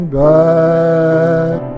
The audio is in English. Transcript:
back